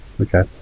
Okay